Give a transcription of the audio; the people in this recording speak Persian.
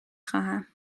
خواهم